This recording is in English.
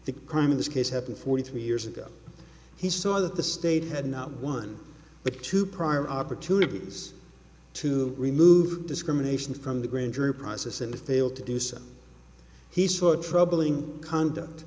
the crime in this case happened forty three years ago he saw that the state had not one but two prior opportunities to remove discrimination from the grand jury process in the failed to do so he sought troubling conduct